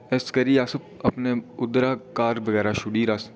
इस करियै अस अपने उद्धरा घर बगैरा छुड़ियै